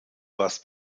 was